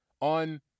on